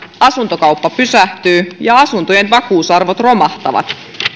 asuntokauppa pysähtyy ja asuntojen vakuusarvot romahtavat